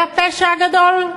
זה הפשע הגדול?